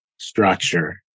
structure